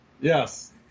yes